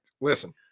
Listen